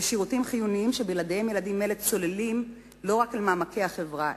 בשירותים חיוניים שבלעדיהם ילדים אלה צוללים לא רק אל מעמקי החברה,